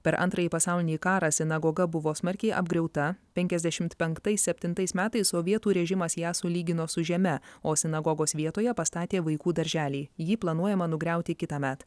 per antrąjį pasaulinį karą sinagoga buvo smarkiai apgriauta penkiasdešimt penktais septintais metais sovietų režimas ją sulygino su žeme o sinagogos vietoje pastatė vaikų darželį jį planuojama nugriauti kitąmet